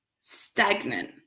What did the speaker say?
stagnant